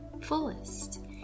fullest